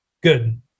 good